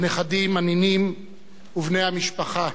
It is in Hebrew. הנכדים, הנינים ובני המשפחה,